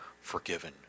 forgiven